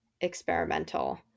experimental